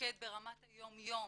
לתפקד ברמת היום-יום,